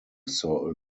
saw